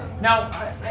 Now